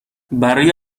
برای